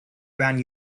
when